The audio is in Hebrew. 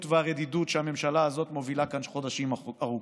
והרדידות שהממשלה הזאת מובילה כאן חודשים ארוכים.